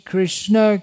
Krishna